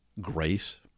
Grace